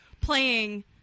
playing